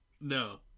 No